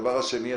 דבר שני,